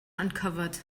uncovered